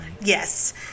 Yes